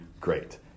great